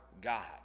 God